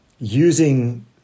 using